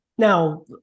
Now